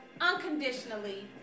unconditionally